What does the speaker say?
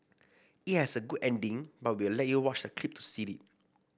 it has a good ending but we'll let you watch the clip to see it